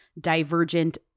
divergent